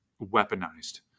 weaponized